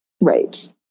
Right